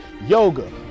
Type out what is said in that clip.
yoga